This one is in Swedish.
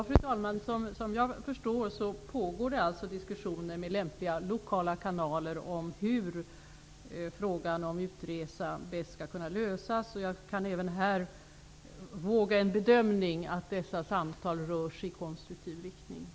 Fru talman! Det pågår såvitt jag förstår diskussioner med lämpliga lokala kanaler om hur frågan om utresa bäst skall kunna lösas. Jag kan även här våga en bedömning och säga att dessa samtal rör sig i konstruktiv riktning.